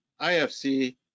IFC